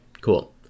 Cool